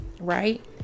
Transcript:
right